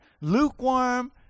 lukewarm